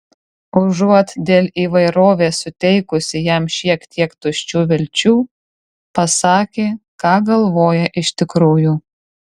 užuot dėl įvairovės suteikusi jam šiek tiek tuščių vilčių pasakė ką galvoja iš tikrųjų